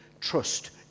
trust